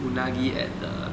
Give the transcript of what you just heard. unagi at the